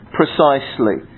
precisely